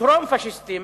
טרום-פאשיסטיים,